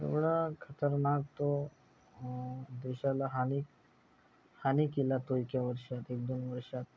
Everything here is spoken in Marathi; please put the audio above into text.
एवढा खतरनाक तो देशाला हानी हानी केला तो एका वर्षात एक दोन वर्षात